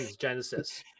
genesis